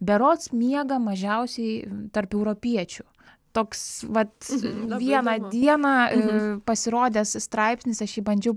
berods miega mažiausiai tarp europiečių toks vat vieną dieną pasirodęs straipsnis aš jį bandžiau